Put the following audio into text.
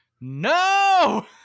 No